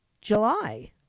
July